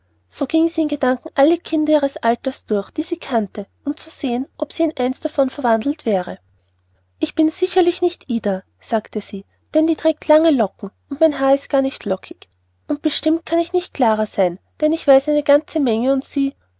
so ging sie in gedanken alle kinder ihres alters durch die sie kannte um zu sehen ob sie in eins davon verwandelt wäre ich bin sicherlich nicht ida sagte sie denn die trägt lange locken und mein haar ist gar nicht lockig und bestimmt kann ich nicht clara sein denn ich weiß eine ganze menge und sie